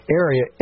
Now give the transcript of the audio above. area